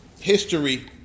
history